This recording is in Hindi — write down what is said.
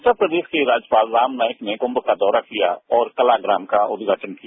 उत्तर प्रदेश के राज्यपाल राम नायक ने कुंच का दौता किया और कलाप्राम का उद्घाटन किया